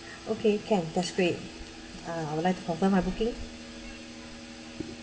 okay can that's great uh I would like to confirm my booking